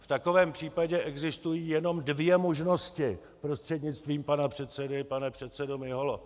V takovém případě existují jenom dvě možnosti, prostřednictvím pana předsedy pane předsedo Miholo.